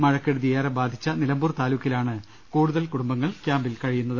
മഴക്കെടുതി ഏറെ ബാധിച്ച നില മ്പൂർ താലൂക്കിലാണ് കൂടുതൽ കുടുംബങ്ങൾ ക്യാമ്പിലുളളത്